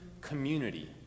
community